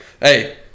hey